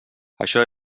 això